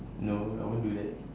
no I won't do that